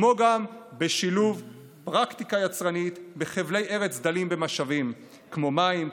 כמו גם בשילוב פרקטיקה יצרנית בחבלי ארץ דלים במשאבים כמו מים,